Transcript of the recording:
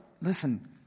listen